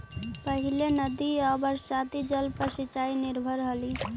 पहिले नदी आउ बरसाती जल पर सिंचाई निर्भर हलई